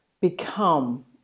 become